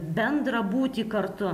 bendrą būtį kartu